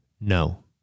no